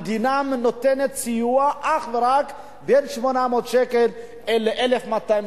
המדינה נותנת סיוע אך ורק בין 800 שקלים ל-1,200 שקלים.